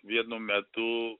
vienu metu